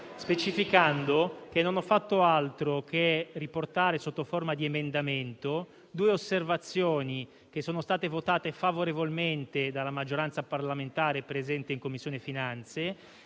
specificare che non ho fatto altro che riportare sotto forma di emendamento due osservazioni, votate favorevolmente dalla maggioranza parlamentare presente in Commissione finanze,